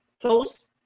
close